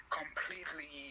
completely